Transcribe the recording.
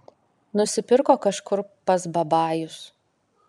nusipirko kažkur pas babajus